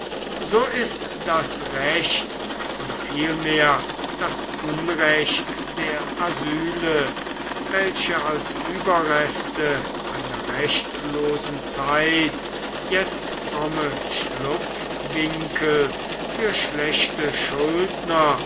so ist das recht oder vielmehr das unrecht der asyle welche als überreste einer rechtlosen zeit jetzt fromme schlupfwinkel für schlechte schuldner